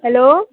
hello